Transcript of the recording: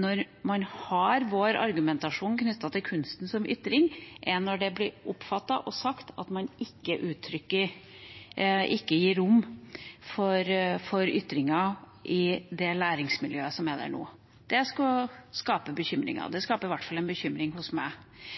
og man har vår argumentasjon knyttet til kunst som ytringer, er at det blir oppfattet og sagt at man ikke gir rom for ytringer i det læringsmiljøet som er der nå. Det skaper bekymring. Det skaper i hvert fall en bekymring hos meg.